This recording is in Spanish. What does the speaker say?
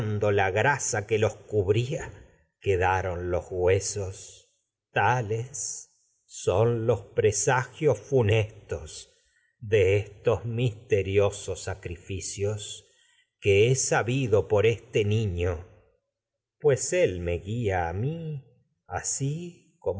los grasa los cubría quedaron los huesos tales funestos por los presagios he sabido yo de de estos misteriosos sacrificios que este niño pues él me guia a mi así